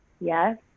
yes